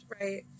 right